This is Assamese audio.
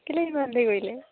কেলে ইমান দেৰি কৰিলে